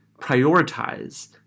prioritize